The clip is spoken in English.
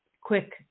quick